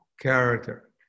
character